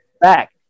back